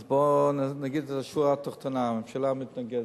אז בואו נגיד את השורה התחתונה: הממשלה מתנגדת.